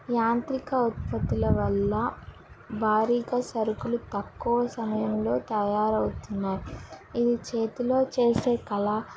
యాంత్రిక ఉత్పత్తుల వల్ల భారీక సరుకులు తక్కువ సమయంలో తయారవుతున్నాయి ఇది చేతిలో చేసే కళ